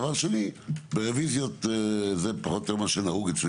ודבר שני ברוויזיות זה מה שנהוג אצלי